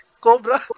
Cobra